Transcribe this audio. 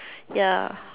ya